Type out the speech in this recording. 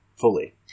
fully